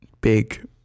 Big